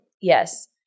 Yes